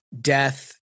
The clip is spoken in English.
death